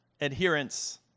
adherence